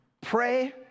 Pray